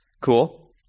Cool